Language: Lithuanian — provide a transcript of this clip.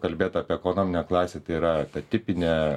kalbėt apie ekonominę klasę tai yra ta tipinė